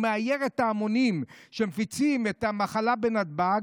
הוא מצייר את ההמונים שמפיצים את המחלה בנתב"ג,